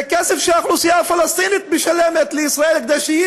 זה כסף שהאוכלוסייה הפלסטינית משלמת לישראל כדי שהיא